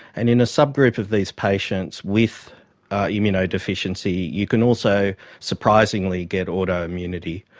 and in a subgroup of these patients with immunodeficiency you can also surprisingly get autoimmunity.